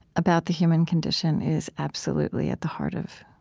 about the human condition, is absolutely at the heart of